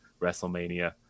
WrestleMania